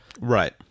Right